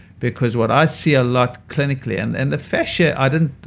because what i see a lot clinically. and and the fascia, i didn't.